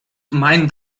mind